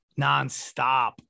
nonstop